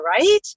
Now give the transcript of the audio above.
right